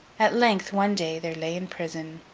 at length, one day, there lay in prison,